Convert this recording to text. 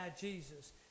Jesus